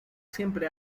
siempre